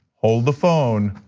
hold the phone,